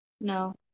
No